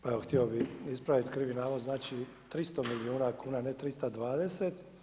Pa evo htio bih ispraviti krivi navod, znači 300 milijuna kuna ne 320.